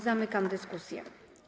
Zamykam dyskusję.